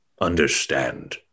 understand